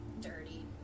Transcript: dirty